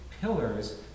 pillars